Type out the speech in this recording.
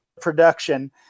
production